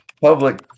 public